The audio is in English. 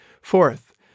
Fourth